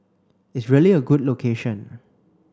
it's really a good location